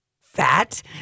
fat